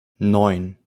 neun